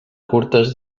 curtes